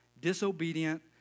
disobedient